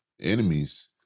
enemies